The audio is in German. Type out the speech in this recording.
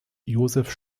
josef